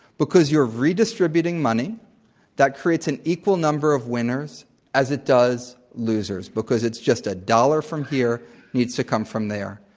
because you're redistributing money that creates an equal number of winners as it does losers, because it's just a dollar from here needs to come from there.